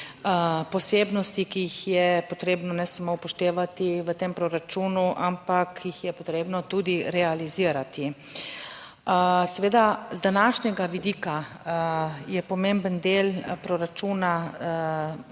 posebnosti, ki jih je potrebno ne samo upoštevati v tem proračunu, ampak jih je potrebno tudi realizirati. Seveda z današnjega vidika je pomemben del proračuna